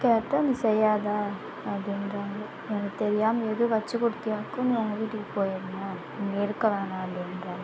கேட்டால் நீ செய்யாத அப்படின்றாங்க எனக்கு தெரியாமல் எதுவும் வச்சு கொடுத்தியாக்கும் நீ உங்கள் வீட்டுக்கு போயிருணும் இங்கே இருக்க வேணா அப்படின்றாங்க